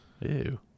Ew